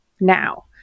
now